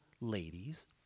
ladies